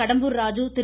Kadambur Raj Thiru